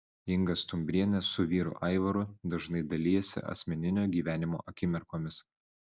inga stumbrienė su vyru aivaru dažnai dalijasi asmeninio gyvenimo akimirkomis